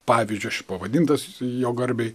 pavyzdžiu aš pavadintas jo garbei